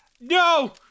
No